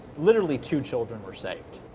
literally two children were saved.